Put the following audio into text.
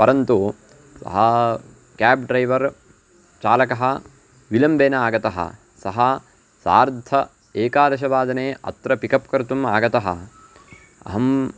परन्तु सः cab driver चालकः विलम्बेन आगतः सः सार्धः एकादशवादने अत्र पिकप् कर्तुम् आगतः अहम्